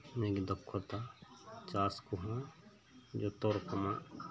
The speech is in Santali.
ᱱᱤᱭᱟᱹᱜᱤ ᱫᱚᱠᱷᱚᱛᱟ ᱪᱟᱥᱠᱚᱦᱚᱸ ᱡᱚᱛᱚᱨᱚᱠᱚᱢᱟᱜ